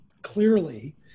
clearly